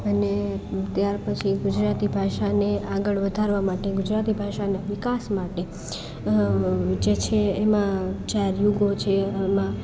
અને ત્યાર પછી ગુજરાતી ભાષાને આગળ વધારવા માટે ગુજરાતી ભાષાના વિકાસ માટે જે છે એમાં ચાર યુગો છે એમાં